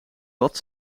wat